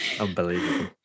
Unbelievable